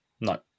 No